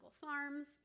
farms